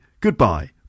goodbye